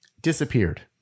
disappeared